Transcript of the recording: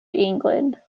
england